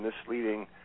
misleading